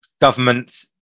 governments